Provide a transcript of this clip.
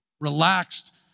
relaxed